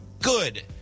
good